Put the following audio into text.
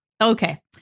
Okay